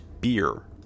beer